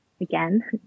again